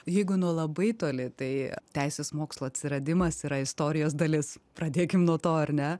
jeigu nuo labai toli tai teisės mokslo atsiradimas yra istorijos dalis pradėkim nuo to ar ne